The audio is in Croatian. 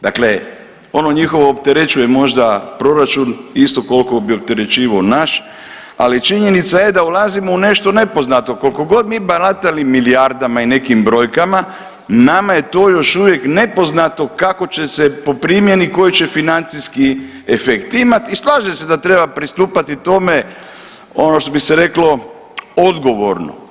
Dakle ono njihovo opterećuje možda proračun isto koliko bi opterećivao naš, ali činjenica je da ulazimo u nešto nepoznato, koliko god mi baratali milijardama i nekim brojkama, nama je to još uvijek nepoznato kako će se po primjeni, koji će financijski efekt imati i slažem se da treba pristupati tome ono što bi se reklo odgovorno.